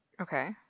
Okay